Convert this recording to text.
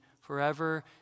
forever